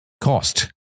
cost